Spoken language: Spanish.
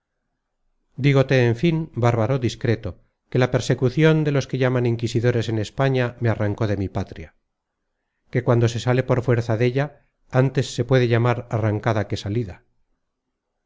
diciendo digote en fin bárbaro discreto que la persecucion de los que llaman inquisidores en españa me arrancó de mi patria que cuando se sale por fuerza della antes se puede llamar arrancada que salida